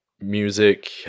music